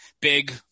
big